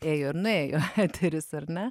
ėjo ir nuėjo eteris ar ne